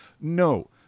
no